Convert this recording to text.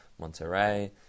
monterey